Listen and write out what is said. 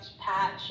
patch